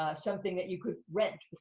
something that you could rent.